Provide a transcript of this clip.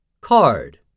Card